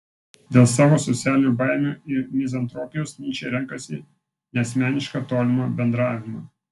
dėl savo socialinių baimių ir mizantropijos nyčė renkasi neasmenišką tolimą bendravimą